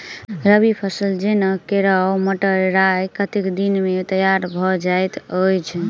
रबी फसल जेना केराव, मटर, राय कतेक दिन मे तैयार भँ जाइत अछि?